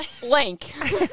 Blank